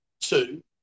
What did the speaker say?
two